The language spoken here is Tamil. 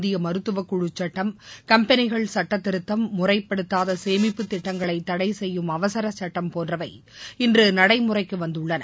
இந்திய மருத்துவ குழுச்சுட்டம் கம்பெளிகள் சட்டத்திருத்தம் முறைப்படுத்தாத சேமிப்பு திட்டங்களை தடை செய்யும் அவசரக்சுட்டம் போன்றவை இன்று நடைமுறைக்கு வந்துள்ளன